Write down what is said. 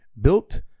Built